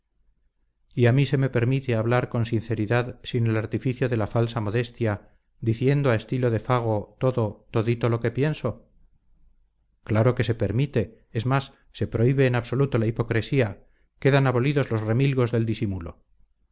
y a mí se me permite hablar con sinceridad sin el artificio de la falsa modestia diciendo a estilo de fago todo todito lo que pienso claro que se permite es más se prohíbe en absoluto la hipocresía quedan abolidos los remilgos del disimulo